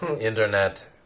internet